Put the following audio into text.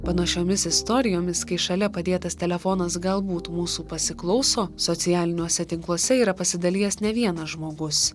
panašiomis istorijomis kai šalia padėtas telefonas galbūt mūsų pasiklauso socialiniuose tinkluose yra pasidalijęs ne vienas žmogus